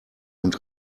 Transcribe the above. und